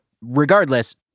Regardless